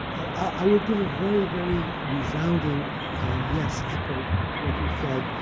i would give a very, very resounding yes echo to what you said,